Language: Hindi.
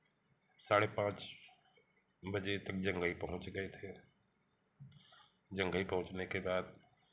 साढ़े पाँच बजे तक जंघई पहुँच गए थे जंघई पहुँचने के बाद